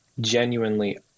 genuinely